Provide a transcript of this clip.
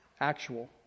actual